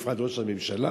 בפרט ראש הממשלה